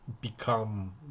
become